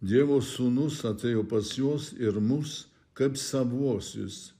dievo sūnus atėjo pas juos ir mus kaip savuosius